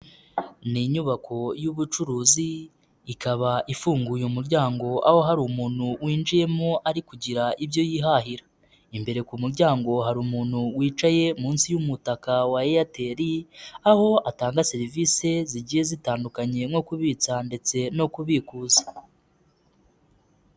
Ni inyubako y'ubucuruzi ikaba ifunguye umuryango aho hari umuntu winjiyemo ari kugira ibyo yihahira, imbere ku muryango hari umuntu wicaye munsi y'umutaka wa Airtel aho atanga serivisi zigiye zitandukanye nko kubitsa ndetse no kubikuza.